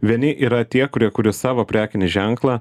vieni yra tie kurie kuria savo prekinį ženklą